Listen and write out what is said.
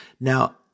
Now